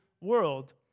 world